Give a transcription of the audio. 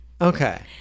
Okay